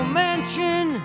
mansion